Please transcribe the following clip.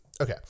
Okay